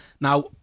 now